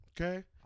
Okay